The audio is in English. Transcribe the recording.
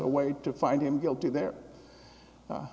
a way to find him guilty there